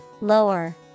Lower